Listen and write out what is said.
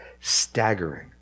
staggering